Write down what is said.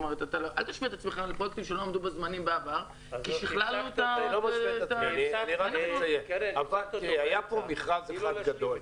אל תשווה את עצמך לפרויקטים מהעבר כי --- היה מכרז אחד גדול.